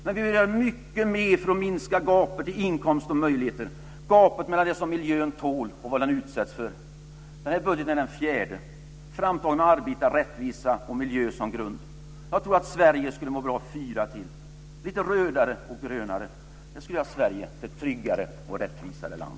Men vi behöver göra mycket mer för att minska gapet i inkomst och möjligheter och gapet mellan vad miljön tål och vad den utsätts för. Den här budgeten är den fjärde som är framtagen med arbete, rättvisa och miljö som grund. Jag tror att Sverige skulle må bra av fyra till som är lite rödare och grönare. Det skulle göra Sverige till ett tryggare och rättvisare land.